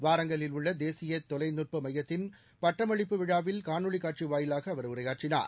வாரங்கலில் உள்ள தேசிய தொலைநுட்ப மையத்தின் பட்டமளிப்பு விழாவில் காணொளி காட்சி வாயிலாக அவர் உரையாற்றினார்